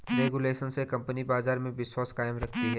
regulation से company बाजार में विश्वास कायम रखती है